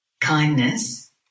kindness